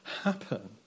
happen